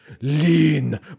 lean